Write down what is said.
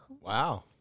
Wow